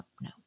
no